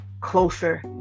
closer